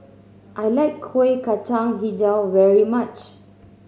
I like Kuih Kacang Hijau very much